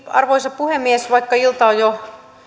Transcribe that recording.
arvoisa puhemies vaikka ilta on jo